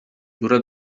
dura